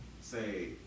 say